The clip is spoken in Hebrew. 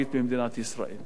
תודה רבה לאדוני.